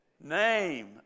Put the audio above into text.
name